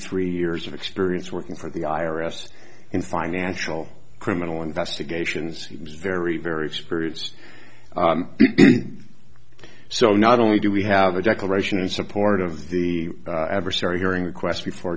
three years of experience working for the i r s in financial criminal investigations he was very very experienced so not only do we have a declaration in support of the adversary hearing request before